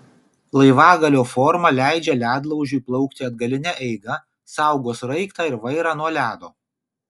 laivagalio forma leidžia ledlaužiui plaukti atgaline eiga saugo sraigtą ir vairą nuo ledo